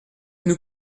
nous